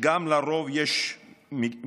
שגם לרוב יש הגבלות.